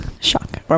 shock